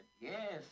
yes